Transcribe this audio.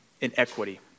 inequity